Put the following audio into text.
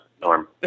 Norm